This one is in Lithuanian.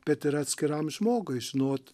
bet ir atskiram žmogui žinot